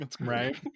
Right